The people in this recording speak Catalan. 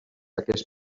aquest